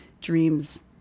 dreams